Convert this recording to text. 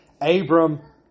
Abram